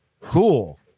cool